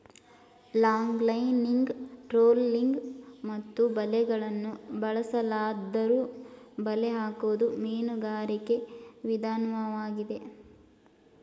longlining trolling ಮತ್ತು ಬಲೆಗಳನ್ನು ಬಳಸಲಾದ್ದರೂ ಬಲೆ ಹಾಕೋದು ಮೀನುಗಾರಿಕೆ ವಿದನ್ವಾಗಿದೆ